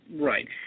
Right